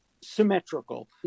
symmetrical